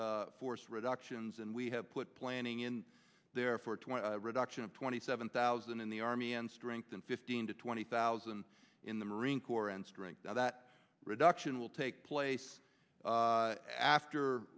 force reductions and we have put planning in there for twenty reduction of twenty seven thousand in the army and strengthen fifteen to twenty thousand in the marine corps and strength that reduction will take place after